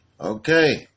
Okay